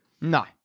No